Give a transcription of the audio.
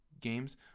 games